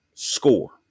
Score